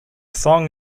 song